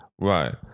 right